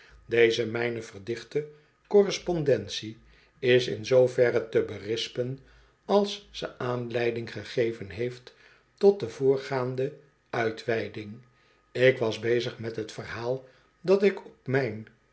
deze mijne verdichte correspondentie is in zooverre te berispen als ze aanleiding gegeven heeft tot de voorgaande uitweiding ik was bezig met het verhaal dat ik op mijn